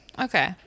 okay